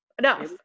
No